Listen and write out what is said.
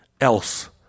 else